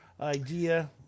idea